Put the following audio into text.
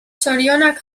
zorionak